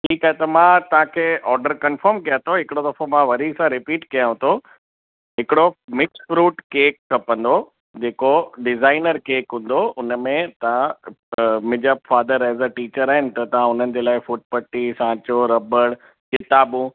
ठीकु आहे त मां तव्हांखे ऑडर कंफ़र्म कयां थो हिकिड़ो दफ़ो मां वरी सां रिपीट कयांव थो हिकिड़ो मिक्स फ़्रूट केक खपंदो जेको डिज़ाइनर केक हूंदो उनमें तव्हां मुंहिंजा फ़ादर एज़ अ टीचर आहिनि त तव्हां उन्हनि जे लाइ फ़ुट पट्टी सांचो रबड़ किताबूं